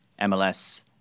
MLS